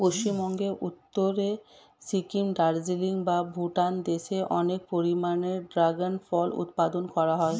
পশ্চিমবঙ্গের উত্তরে সিকিম, দার্জিলিং বা ভুটান দেশে অনেক পরিমাণে ড্রাগন ফল উৎপাদন করা হয়